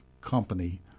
company